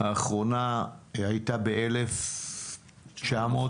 האחרונה הייתה ב-1927.